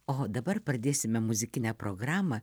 o dabar pradėsime muzikinę programą